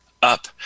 up